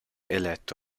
eletto